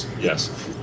Yes